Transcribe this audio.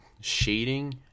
shading